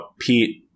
Pete